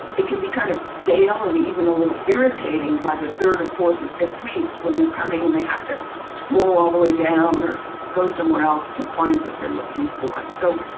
it can be kind of stale and even a little irritating by the third and fourth or fifth week, when they're coming and they have to scroll all the way down or go somewhere else to find what they're looking for. so,